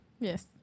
yes